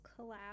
collab